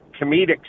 comedic